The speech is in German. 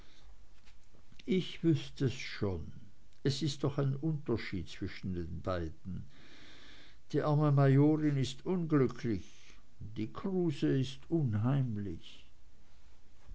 ich wüßt es schon es ist doch ein unterschied zwischen den beiden die arme majorin ist unglücklich die kruse ist unheimlich